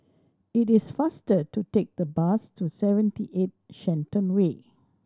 it is faster to take the bus to Seventy Eight Shenton Way